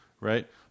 right